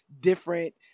different